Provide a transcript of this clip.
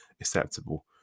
acceptable